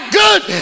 good